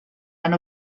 han